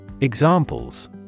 Examples